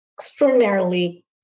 extraordinarily